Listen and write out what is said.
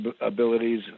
abilities